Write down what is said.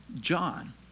John